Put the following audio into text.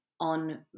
on